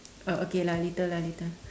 uh okay lah later lah later